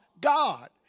God